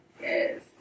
Yes